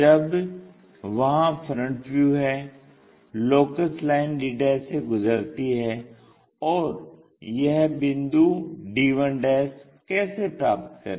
जब वहां front view है लोकस लाइन d से गुजरती है और यह बिंदु d1 कैसे प्राप्त करें